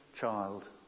child